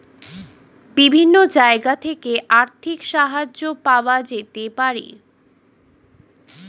বিভিন্ন জায়গা থেকে আর্থিক সাহায্য পাওয়া যেতে পারে